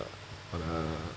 on a